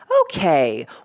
okay